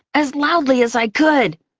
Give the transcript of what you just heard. as loudly as i could,